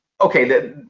Okay